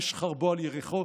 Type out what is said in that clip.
איש חרבו על ירכו",